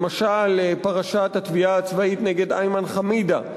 למשל, פרשת התביעה הצבאית נגד איימן חמידה,